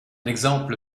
exemple